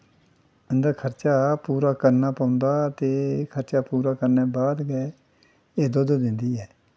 इं'दा खर्चा पूरा करना पौंदा ते खर्चा पूरा करने बाद गै एह् दुद्ध दिंदी ऐ